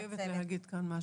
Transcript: אני חייבת להגיד כאן משהו.